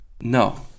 no